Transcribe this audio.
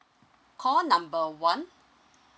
call number one